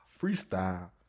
Freestyle